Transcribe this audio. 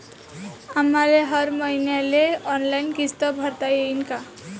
आम्हाले हर मईन्याले ऑनलाईन किस्त भरता येईन का?